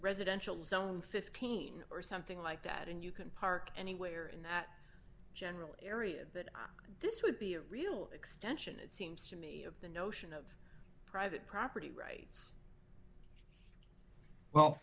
residential zone fifteen or something like that and you can park anywhere in that general area that this would be a real extension it seems to me of the notion of private property rights well